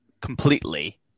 completely